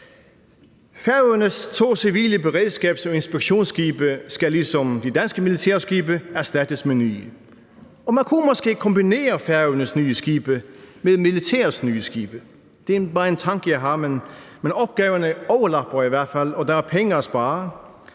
Færøernes to civile beredskabs- og inspektionsskibe skal ligesom de danske militærskibe erstattes med nye, og man kunne måske kombinere Færøernes nye skibe med militærets nye skibe. Det er bare en tanke, jeg har, men opgaverne overlapper i hvert fald hinanden, og der er penge at spare.